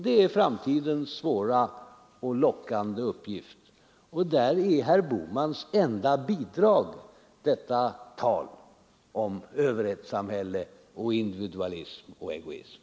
Det är framtidens svåra och lockande uppgift, och där är herr Bohmans enda bidrag detta tal om överhetssamhälle och om individualism och egoism.